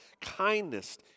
kindness